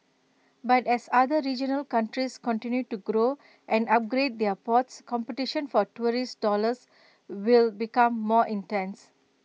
but as other regional countries continue to grow and upgrade their ports competition for tourist dollars will become more intense